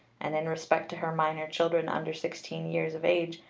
and in respect to her minor children under sixteen years of age,